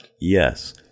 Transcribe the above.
Yes